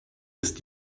ist